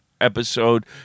episode